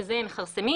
במקום